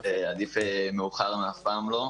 עדיף מאוחר מאף פעם לא.